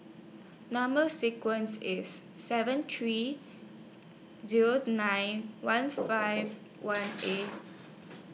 Number sequence IS seven three Zero nine one five one eight